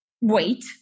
wait